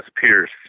Pierce